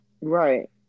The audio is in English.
Right